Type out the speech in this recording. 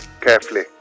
carefully